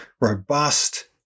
robust